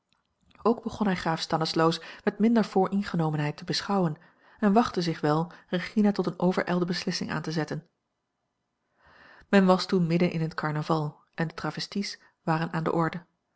ook begon hij graaf stanislaus met minder vooringenomenheid te beschouwen en wachtte zich wel regina tot eene overijlde beslissing aan te zetten men was toen midden in het carnaval en de travestis waren aan de orde